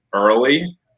early